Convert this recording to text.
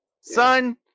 Son